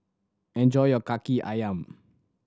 enjoy your Kaki Ayam